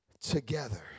together